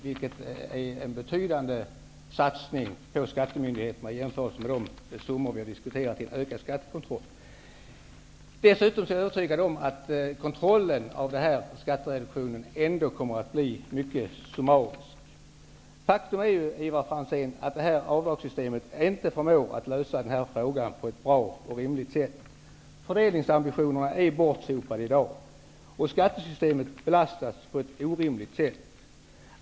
Det är en betydande satsning på skattemyndigheterna i jämförelse med de summor vi har diskuterat i en ökad skattekontroll. Dessutom är jag övertygad om att kontrollen av denna skattereduktion ändå kommer att bli mycket summarisk. Faktum är, Ivar Franzén, att detta avdragssystem inte förmår lösa denna fråga på ett bra och rimligt sätt. Fördelningsambitionerna är bortsopade i dag. Skattesystemet belastas på ett orimligt sätt.